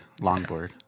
longboard